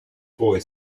boy